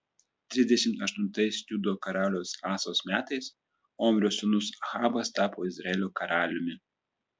trisdešimt aštuntais judo karaliaus asos metais omrio sūnus ahabas tapo izraelio karaliumi